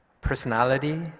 personality